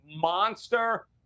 monster